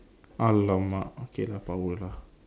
alamak okay lah power lah